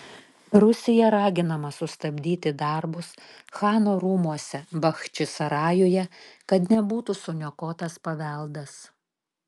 rusija raginama sustabdyti darbus chano rūmuose bachčisarajuje kad nebūtų suniokotas paveldas